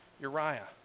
Uriah